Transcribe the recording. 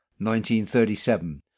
1937